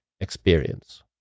experience